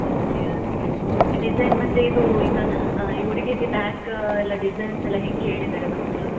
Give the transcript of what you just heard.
okay okay design ಮತ್ತು ಇದೂ ಈಗ ಈ ಹುಡುಗೀರ್ಗೆ ಬ್ಯಾಕ್ ಎಲ್ಲ ಡಿಸೈನ್ಸ್ ಎಲ್ಲ ಹೆಂಗೆ ಹೇಳಿದಾರೆ ಮಕ್ಕಳು